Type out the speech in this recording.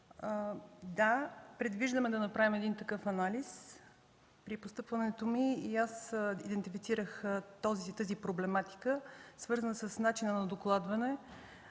Да, предвиждаме да направим един такъв анализ. При постъпването ми и аз идентифицирах тази проблематика, свързана с начина на докладване